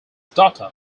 daughter